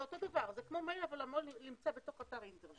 זה כמו מייל אבל המייל נמצא בתוך אתר אינטרנט.